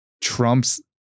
trumps